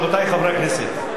רבותי חברי הכנסת,